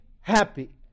happy